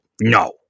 no